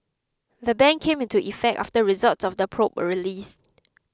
the ban came into effect after results of the probe were released